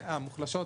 מוחלשות?